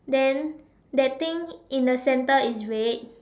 then that thing in the center is red